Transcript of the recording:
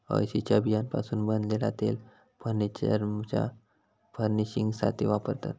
अळशीच्या बियांपासना बनलेला तेल फर्नीचरच्या फर्निशिंगसाथी वापरतत